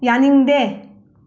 ꯌꯥꯅꯤꯡꯗꯦ